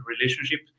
relationship